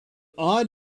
odd